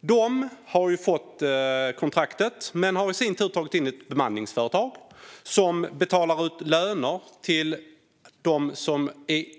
De har fått kontraktet, men de har i sin tur tagit in ett bemanningsföretag som betalar ut löner till